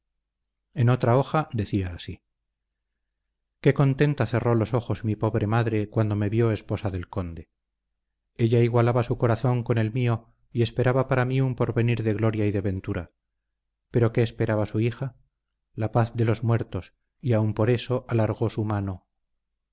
en otra hoja decía así qué contenta cerró los ojos mi pobre madre cuando me vio esposa del conde ella igualaba su corazón con el mío y esperaba para mí un porvenir de gloria y de ventura pero qué esperaba su hija la paz de los muertos y aun por eso alargó su mano